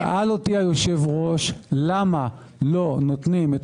שאל אותי היושב-ראש למה לא נותנים את